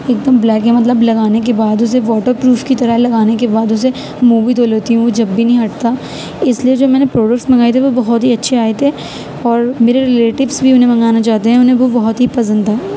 ایک دم بلیک ہے مطلب لگانے کے بعد اسے واٹر پروف کی طرح لگانے کے بعد اسے منھ بھی دھو لیتی ہوں وہ جب بھی نہیں ہٹتا اس لیے جب میں نے پروڈکٹس منگائے تھے وہ بہت ہی اچھے آئے تھے اور میرے ریلیٹیوس بھی انہیں منگانا چاہتے ہیں انہیں وہ بہت ہی پسند تھا